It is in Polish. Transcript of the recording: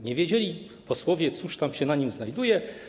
Nie wiedzieli posłowie, cóż tam się na nim znajduje.